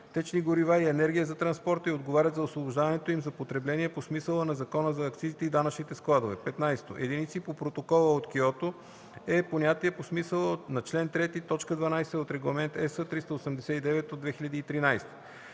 течни горива и енергия за транспорта и отговарят за освобождаването им за потребление по смисъла на Закона за акцизите и данъчните складове. 15. „Единици по Протокола от Киото” e понятие по смисъла на чл. 3, т. 12 от Регламент (ЕС) № 389/2013.